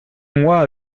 moi